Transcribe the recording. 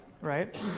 Right